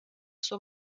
sua